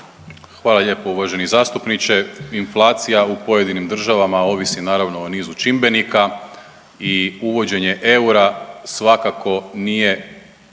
Hvala lijepo uvaženi zastupniče. Inflacija u pojedinim državama ovisi naravno o nizu čimbenika i uvođenje eura svakako nije